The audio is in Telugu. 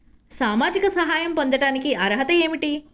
సామాజిక సహాయం పొందటానికి అర్హత ఏమిటి?